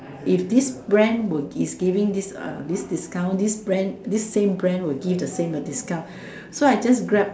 if this brand will is giving this uh discount this brand this same brand will give the same discount so I just Grab